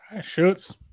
shoots